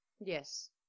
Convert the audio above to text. yes